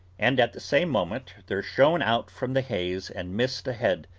and at the same moment there shone out from the haze and mist ahead,